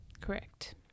Correct